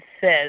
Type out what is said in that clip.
says